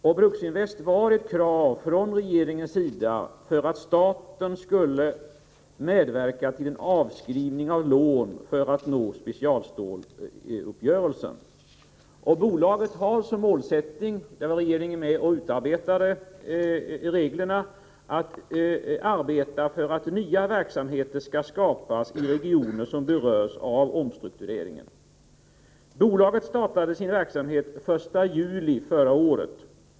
Regeringen har ställt krav på Bruksinvest för att staten skulle medverka till avskrivning av lån för att nå specialstålsuppgörelsen. Bolaget har som målsättning — och där var regeringen med och . utarbetade reglerna — att arbeta för att nya verksamheter skall skapas i Bolaget startade sin verksamhet den 1 juli förra året.